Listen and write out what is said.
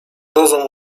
dozą